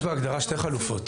יש בהגדרה שתי חלופות.